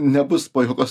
nebus pajuokos